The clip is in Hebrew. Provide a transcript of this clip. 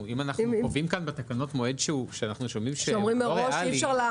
קובעים בתקנות מועד שאנחנו שומעים מראש שהוא לא ריאלי.